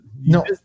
no